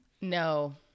No